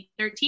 2013